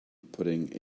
putting